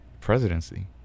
presidency